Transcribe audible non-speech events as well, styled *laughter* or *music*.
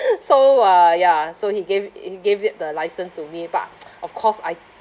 so uh ya so he gave it he gave it the license to me but *noise* of course I